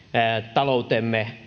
taloutemme